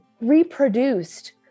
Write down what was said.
reproduced